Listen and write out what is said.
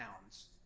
pounds